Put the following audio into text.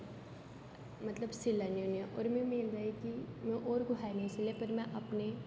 मतलब सिलने होन्ने आं और मेरे लेई कि और बी कुसे दे नेई सिले पर में अपने